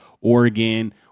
Oregon